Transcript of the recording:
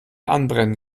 anbrennen